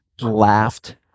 laughed